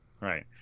right